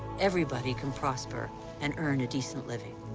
everybody can prosper and earn a decent living.